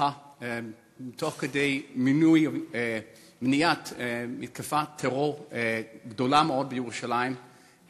נרצחה תוך כדי מניעת מתקפת טרור גדולה מאוד בירושלים,